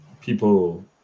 people